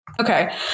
Okay